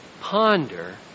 ponder